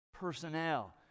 personnel